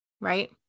right